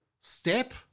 step